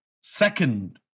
second